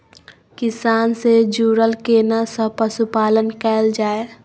किसान से जुरल केना सब पशुपालन कैल जाय?